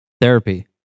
Therapy